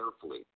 carefully